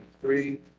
three